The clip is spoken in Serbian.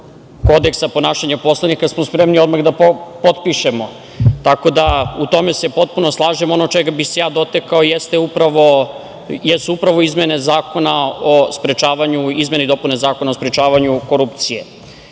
Kodeksa ponašanja poslanika smo spremni odmah da potpišemo, tako da u tome se potpuno slažemo. Ono čega bih se ja dotakao jesu upravo izmena i dopuna Zakona o sprečavanju korupcije.